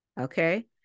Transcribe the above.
okay